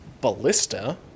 ballista